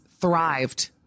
thrived